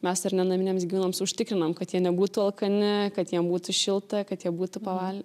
mes ar ne naminiams gyvūnams užtikrinam kad jie nebūtų alkani kad jiem būtų šilta kad jie būtų paval